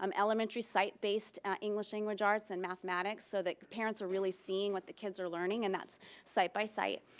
um elementary site based english language arts and mathematics, so that parents are really seeing what the kids are learning and that's site by site.